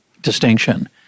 distinction